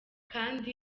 kandi